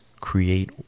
create